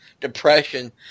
depression